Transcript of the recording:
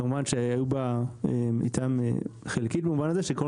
כמובן שהיה בה מתאם חלקי במובן הזה שקודם